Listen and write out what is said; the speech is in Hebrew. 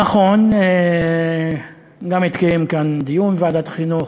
נכון, גם התקיים כאן דיון בוועדת החינוך,